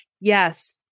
yes